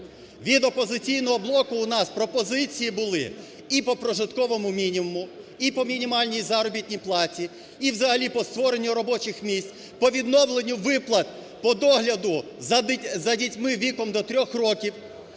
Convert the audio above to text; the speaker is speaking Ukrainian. Від "Опозиційного блоку" у нас пропозиції були і по прожитковому мінімуму, і по мінімальній заробітній платі, і взагалі по створенню робочих місць, по відновленню виплат по догляду за дітьми віком до 3 років,